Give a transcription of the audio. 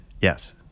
Yes